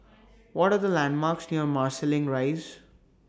What Are The landmarks near Marsiling Rise